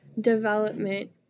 development